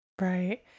Right